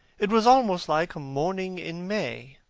it was almost like a morning in may.